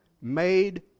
made